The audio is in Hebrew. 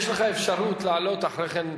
יש לך אפשרות לעלות אחרי כן,